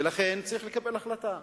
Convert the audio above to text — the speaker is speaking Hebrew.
ולכן צריך לקבל החלטה,